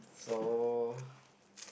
so